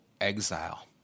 exile